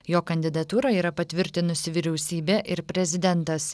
jo kandidatūrą yra patvirtinusi vyriausybė ir prezidentas